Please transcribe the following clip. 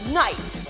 night